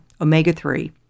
omega-3